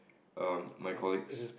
um my colleagues